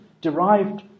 derived